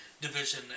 division